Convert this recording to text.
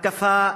התקפה,